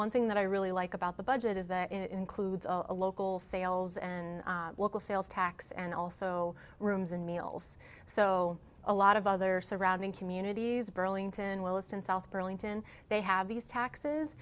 one thing that i really like about the budget is that it includes a local sales and local sales tax and also rooms and meals so a lot of other surrounding communities burlington williston south burlington they have these taxes